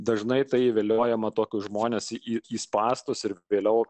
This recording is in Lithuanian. dažnai tai įviliojama tokius žmones į spąstus ir vėliau